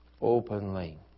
openly